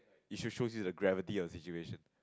you should show the gravity of the situation